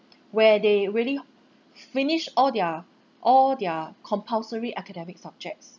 where they really finished all their all their compulsory academic subjects